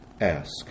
ask